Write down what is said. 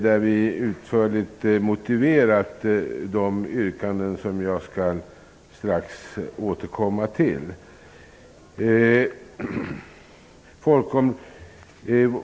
Där har vi utförligt motiverat de yrkanden som jag strax skall återkomma till.